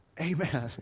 Amen